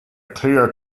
clear